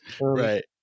Right